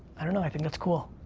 i don't know, i think that's cool.